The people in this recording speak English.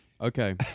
Okay